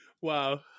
Wow